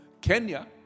Kenya